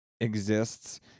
exists